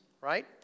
right